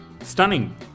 Stunning